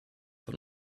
von